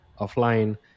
offline